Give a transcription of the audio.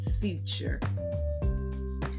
future